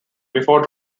before